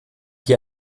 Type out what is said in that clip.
hier